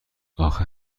آخه